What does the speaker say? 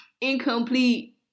incomplete